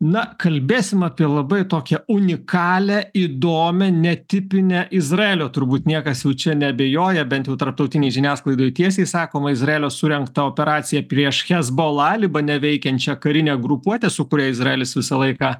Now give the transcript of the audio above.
na kalbėsim apie labai tokią unikalią įdomią netipinę izraelio turbūt niekas jau čia neabejoja bent jau tarptautinėj žiniasklaidoj tiesiai sakoma izraelio surengtą operaciją prieš chezbola libane veikiančią karinę grupuotę su kuria izraelis visą laiką